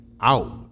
out